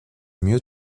mieux